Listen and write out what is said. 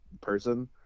person